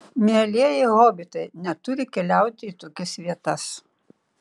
mielieji hobitai neturi keliauti į tokias vietas